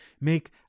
make